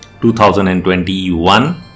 2021